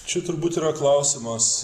čia turbūt yra klausimas